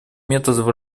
методов